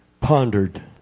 pondered